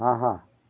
ஆஹா